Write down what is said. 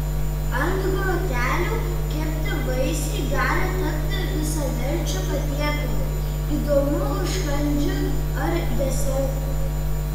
ant grotelių kepti vaisiai gali tapti visaverčiu patiekalu įdomiu užkandžiu ar desertu